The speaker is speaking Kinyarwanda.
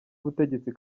ubutegetsi